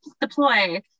deploy